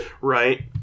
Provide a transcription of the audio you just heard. right